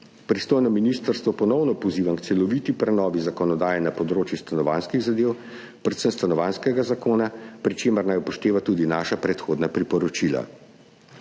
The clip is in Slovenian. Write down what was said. Pristojno ministrstvo ponovno pozivam k celoviti prenovi zakonodaje na področju stanovanjskih zadev, predvsem stanovanjskega zakona, pri čemer naj upošteva tudi naša predhodna priporočila.